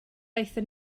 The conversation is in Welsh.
aethon